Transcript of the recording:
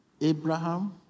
Abraham